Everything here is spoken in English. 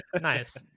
Nice